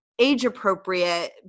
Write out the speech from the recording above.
age-appropriate